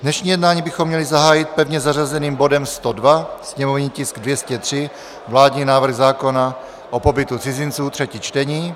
Dnešní jednání bychom měli zahájit pevně zařazeným bodem 102, sněmovní tisk 203, vládní návrh zákona o pobytu cizinců, třetí čtení.